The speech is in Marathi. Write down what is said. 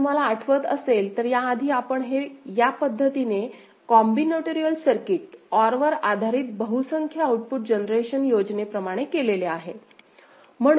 जर तुम्हाला आठवत असेल तर या आधी आपण हे या पद्धतीने कॉम्बिनटोरियल सर्किट OR वर आधारित बहुसंख्य आउटपुट जनरेशन योजनेप्रमाणे केलेले आहे